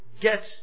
get